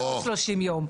זה יכול לקחת שלושים יום.